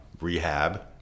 rehab